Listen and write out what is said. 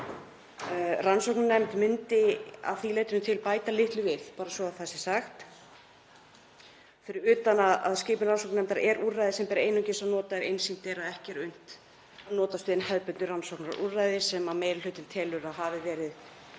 Rannsóknarnefnd myndi að því leytinu til bæta litlu við, bara svo það sé sagt, fyrir utan að skipun rannsóknarnefndar er úrræði sem ber einungis að nota ef einsýnt er að ekki er unnt notast við hin hefðbundnu rannsóknarúrræði sem meiri hlutinn telur að hafi verið